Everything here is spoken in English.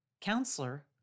Counselor